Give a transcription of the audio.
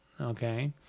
Okay